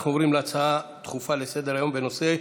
אנחנו עוברים להצעה דחופה לסדר-היום בנושא: